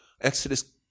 Exodus